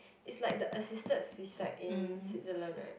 is like the assisted suicide in Switzerland right